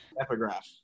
epigraph